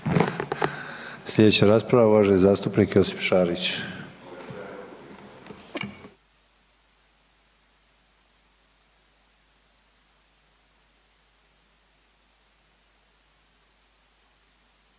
Sljedeća rasprava uvaženi zastupnik Josip Šarić.